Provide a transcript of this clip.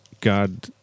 God